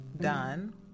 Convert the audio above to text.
done